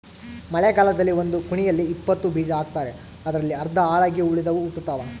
ಮಳೆಗಾಲದಲ್ಲಿ ಒಂದು ಕುಣಿಯಲ್ಲಿ ಇಪ್ಪತ್ತು ಬೀಜ ಹಾಕ್ತಾರೆ ಅದರಲ್ಲಿ ಅರ್ಧ ಹಾಳಾಗಿ ಉಳಿದವು ಹುಟ್ಟುತಾವ